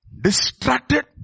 Distracted